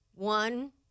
One